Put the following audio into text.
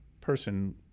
person